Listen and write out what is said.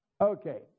Okay